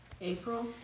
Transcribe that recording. April